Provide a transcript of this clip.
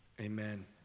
Amen